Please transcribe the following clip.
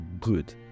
good